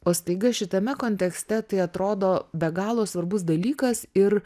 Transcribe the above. o staiga šitame kontekste tai atrodo be galo svarbus dalykas ir